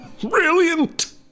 Brilliant